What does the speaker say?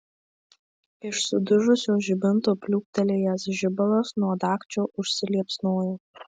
iš sudužusio žibinto pliūptelėjęs žibalas nuo dagčio užsiliepsnojo